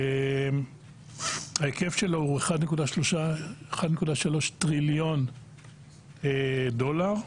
ההיקף שלה הוא 1.3 טריליון דולר,